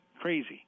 crazy